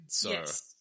Yes